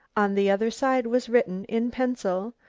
on the other side was written, in pencil,